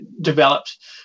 developed